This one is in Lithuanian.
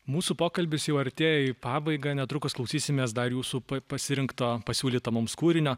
mūsų pokalbis jau artėja į pabaigą netrukus klausysimės dar jūsų pasirinkto pasiūlyto mums kūrinio